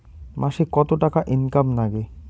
মাসে কত টাকা ইনকাম নাগে?